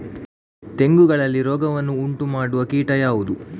ತೆಂಗುಗಳಲ್ಲಿ ರೋಗವನ್ನು ಉಂಟುಮಾಡುವ ಕೀಟ ಯಾವುದು?